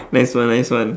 nice one nice one